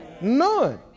None